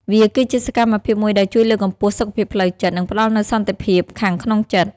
វាគឺជាសកម្មភាពមួយដែលជួយលើកកម្ពស់សុខភាពផ្លូវចិត្ត និងផ្តល់នូវសន្តិភាពខាងក្នុងចិត្ត។